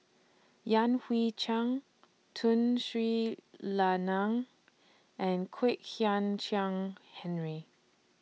Yan Hui Chang Tun Sri Lanang and Kwek Hian Chuan Henry